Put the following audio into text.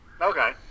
Okay